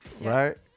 Right